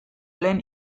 lehen